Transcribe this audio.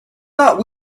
not